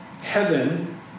Heaven